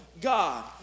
God